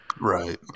Right